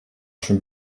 schon